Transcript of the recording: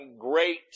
great